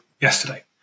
yesterday